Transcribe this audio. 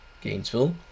Gainesville